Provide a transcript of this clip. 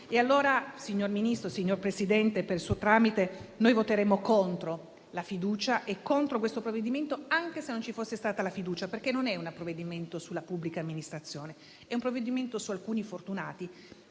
Allora, signor Ministro, signor Presidente, noi voteremo contro la fiducia e contro questo provvedimento, anche se non ci fosse stata la fiducia, perché è un provvedimento non sulla pubblica amministrazione, ma per alcuni fortunati